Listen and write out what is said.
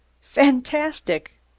Fantastic